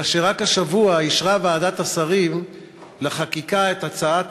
אלא שרק השבוע אישרה ועדת השרים לחקיקה את הצעת